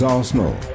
Arsenal